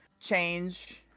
change